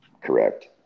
Correct